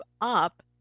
up